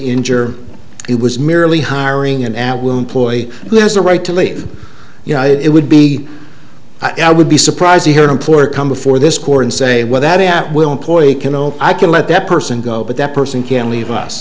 injure it was merely hiring an apple employee who has a right to leave you know it would be i would be surprised to hear an employer come before this court and say well that at will employee can oh i can let that person go but that person can leave us